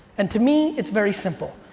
and to me, it's very simple.